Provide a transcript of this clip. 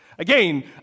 Again